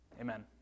Amen